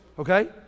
Okay